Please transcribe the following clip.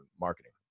marketing